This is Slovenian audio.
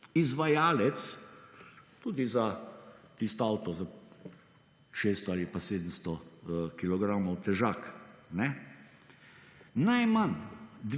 izvajalec, tudi za tisti avto, za 600 ali pa 700 kilogramov težak, najmanj